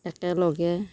একেলগে